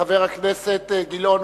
חבר הכנסת גילאון,